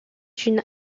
une